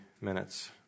minutes